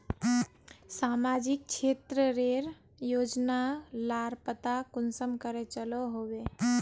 सामाजिक क्षेत्र रेर योजना लार पता कुंसम करे चलो होबे?